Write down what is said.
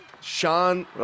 Sean